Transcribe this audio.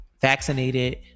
vaccinated